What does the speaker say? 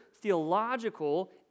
theological